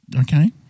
okay